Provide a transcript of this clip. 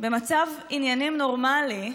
במצב עניינים נורמלי,